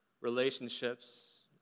relationships